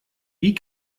wie